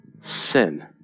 sin